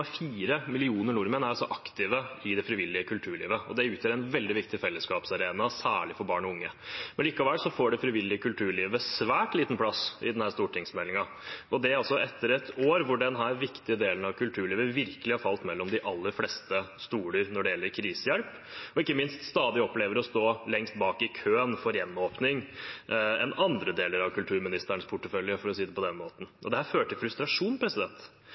millioner nordmenn er aktive i det frivillige kulturlivet, og det utgjør en veldig viktig fellesskapsarena, særlig for barn og unge. Likevel får det frivillige kulturlivet svært liten plass i denne stortingsmeldingen, og det etter et år hvor denne viktige delen av kulturlivet virkelig har falt mellom de aller fleste stoler når det gjelder krisehjelp, og ikke minst stadig opplever å stå lengst bak i køen for gjenåpning enn andre deler av kulturministerens portefølje, for å si det på den måten. Dette fører til frustrasjon. Derfor er mitt spørsmål til